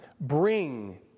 Bring